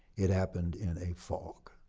it happened in a fog.